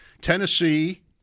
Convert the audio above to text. Tennessee